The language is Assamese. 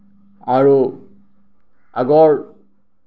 আৰু আগৰ